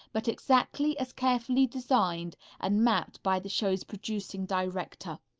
but exactly as carefully designed and mapped by the show's producing director.